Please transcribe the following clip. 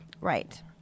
Right